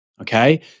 Okay